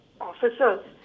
officers